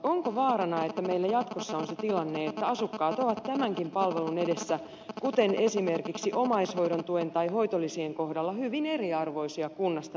onko vaarana että meillä jatkossa on se tilanne että asukkaat ovat tämänkin palvelun edessä kuten esimerkiksi omaishoidon tuen tai hoitolisien kohdalla hyvin eriarvoisia kunnasta riippuen